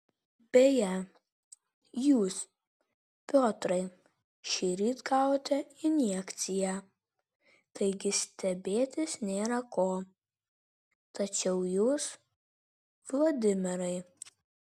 beje jūs piotrai šįryt gavote injekciją taigi stebėtis nėra ko tačiau jūs vladimirai